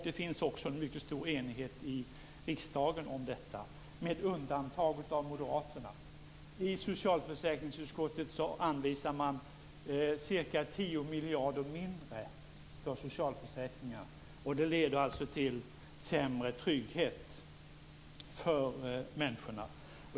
Det finns också en mycket stor enighet i riksdagen om detta, med undantag av Moderaterna. I socialförsäkringsutskottet anvisar Moderaterna ca 10 miljarder kronor mindre för socialförsäkringarna. Det leder till sämre trygghet för människorna.